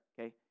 okay